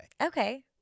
Okay